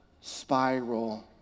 spiral